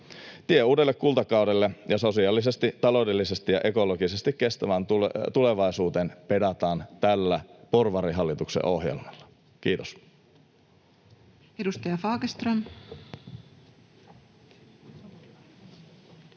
Tie uudelle kultakaudelle ja sosiaalisesti, taloudellisesti ja ekologisesti kestävälle tulevaisuudelle pedataan tällä porvarihallituksen ohjelmalla. — Kiitos.